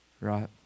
right